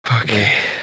Okay